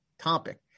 topic